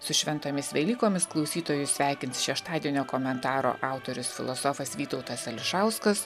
su šventomis velykomis klausytojus sveikins šeštadienio komentaro autorius filosofas vytautas ališauskas